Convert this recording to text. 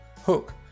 hook